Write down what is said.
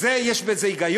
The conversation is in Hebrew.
בזה יש היגיון,